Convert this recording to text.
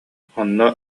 онно